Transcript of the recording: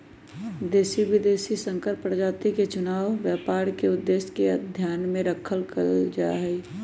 देशी, विदेशी और संकर प्रजाति के चुनाव व्यापार के उद्देश्य के ध्यान में रखकर कइल जाहई